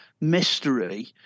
mystery